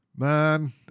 Man